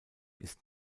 ist